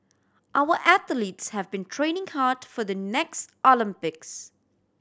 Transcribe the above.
our athletes have been training hard for the next Olympics